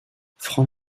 franc